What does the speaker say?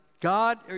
God